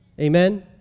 Amen